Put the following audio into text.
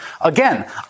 Again